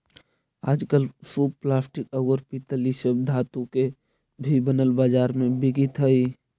आजकल सूप प्लास्टिक, औउर पीतल इ सब धातु के भी बनल बाजार में बिकित हई